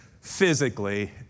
physically